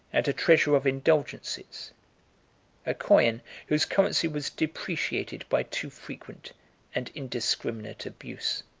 and a treasure of indulgences a coin whose currency was depreciated by too frequent and indiscriminate abuse.